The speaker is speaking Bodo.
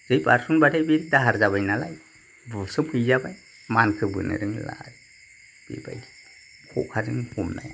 जै बारसनबाथाय बे दाहार जाबाय नालाय बुसोमहैजाबाय मानखोबोनो रोंला आरो बिबाइदि खखाजों हमनाया